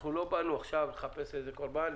אנחנו לא באנו עכשיו לחפש איזה קורבן,